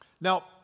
Now